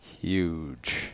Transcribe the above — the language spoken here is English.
Huge